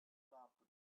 stopped